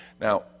Now